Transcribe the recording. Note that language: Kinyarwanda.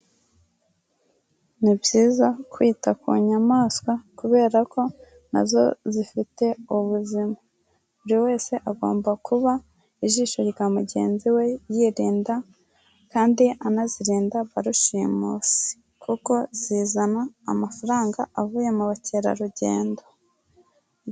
Ni byiza kwita ku nyamaswa kubera ko nazo zifite ubuzima. Buri wese agomba kuba, ijisho rya mugenzi we, yirinda kandi anazirinda barushimusi, kuko zizana amafaranga avuye mu bakerarugendo.